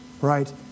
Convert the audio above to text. Right